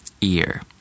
Ear